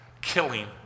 killing